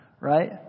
right